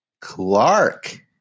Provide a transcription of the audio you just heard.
Clark